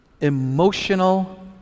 emotional